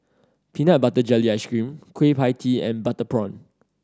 peanut butter jelly ice cream Kueh Pie Tee and butter prawn